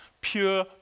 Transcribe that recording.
pure